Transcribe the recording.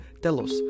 telos